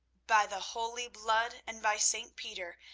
by the holy blood and by st. peter,